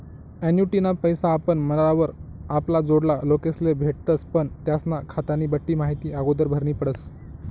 ॲन्युटीना पैसा आपण मरावर आपला जोडला लोकेस्ले भेटतस पण त्यास्ना खातानी बठ्ठी माहिती आगोदर भरनी पडस